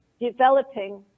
developing